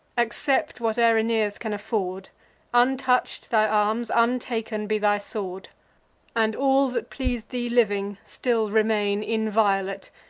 accept whate'er aeneas can afford untouch'd thy arms, untaken be thy sword and all that pleas'd thee living, still remain inviolate,